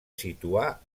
situar